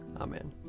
Amen